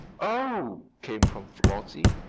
oh! came from flossie.